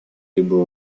hebrew